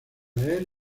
leer